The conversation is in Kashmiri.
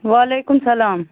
وعلیکُم سَلام